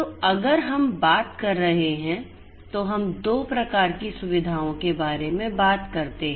तो अगर हम बात कर रहे हैं तो हम 2 प्रकार की सुविधाओं के बारे में बात करते हैं